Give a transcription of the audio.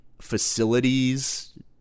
facilities